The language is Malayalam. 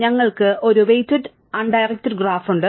ഞങ്ങൾക്ക് ഒരു വെയ്റ്റഡ് അൺഡൈറെക്ടഡ് ഗ്രാഫ് ഉണ്ട്